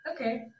okay